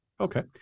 Okay